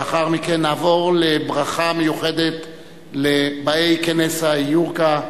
לאחר מכן נעבור לברכה מיוחדת לבאי כנס "יוריקה".